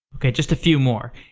okay. just a few more.